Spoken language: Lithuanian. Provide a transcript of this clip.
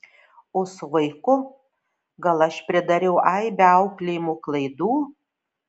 o su vaiku gal aš pridariau aibę auklėjimo klaidų